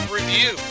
Review